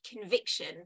conviction